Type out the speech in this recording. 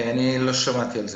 לא שמעתי על זה.